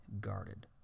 guarded